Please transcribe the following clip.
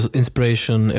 inspiration